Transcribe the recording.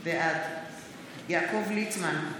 בעד יעקב ליצמן,